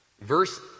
Verse